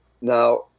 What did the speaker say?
Now